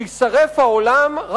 שיישרף העולם,